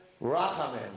Rachamim